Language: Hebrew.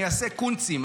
אני אעשה קונצים.